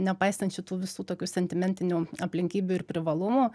nepaisant šitų visų tokių sentimentinių aplinkybių ir privalumų